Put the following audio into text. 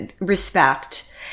respect